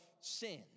sin